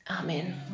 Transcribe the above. amen